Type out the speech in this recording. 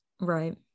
right